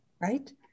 right